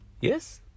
Yes